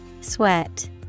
Sweat